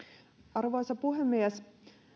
arvoisa puhemies